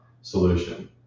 solution